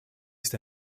ist